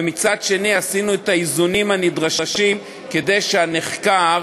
ומצד שני עשינו את האיזונים הנדרשים כדי שהנחקר